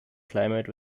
climate